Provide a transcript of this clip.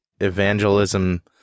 evangelism